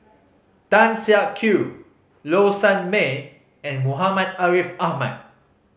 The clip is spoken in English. Tan Siak Kew Low Sanmay and Muhammad Ariff Ahmad